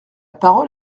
parole